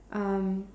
um